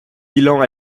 bilan